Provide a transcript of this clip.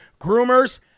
Groomers